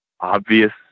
obvious